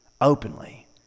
openly